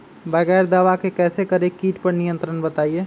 बगैर दवा के कैसे करें कीट पर नियंत्रण बताइए?